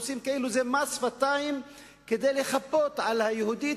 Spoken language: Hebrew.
עושים כאילו זה מס שפתיים כדי לחפות על ה"יהודית",